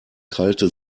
krallte